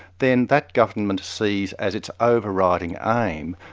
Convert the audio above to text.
then that government sees as its over-riding aim,